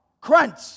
Crunch